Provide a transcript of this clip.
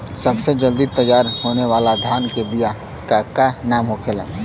सबसे जल्दी तैयार होने वाला धान के बिया का का नाम होखेला?